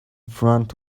front